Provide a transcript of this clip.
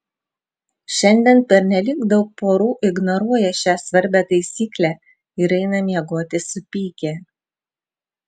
šiandien pernelyg daug porų ignoruoja šią svarbią taisyklę ir eina miegoti supykę